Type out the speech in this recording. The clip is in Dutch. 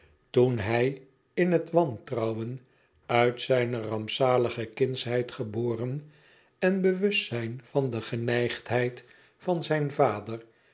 toen hij in het wantrouwen uit zijne rampzalige kindsheid geboren en bewustzijn van de geneigdheid van zijn vader